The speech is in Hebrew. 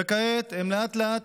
וכעת הם לאט-לאט,